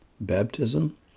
baptism